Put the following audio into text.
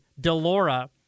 Delora